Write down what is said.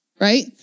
right